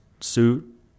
suit